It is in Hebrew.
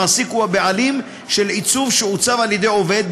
המעסיק הוא הבעלים של עיצוב שנעשה על ידי עובד,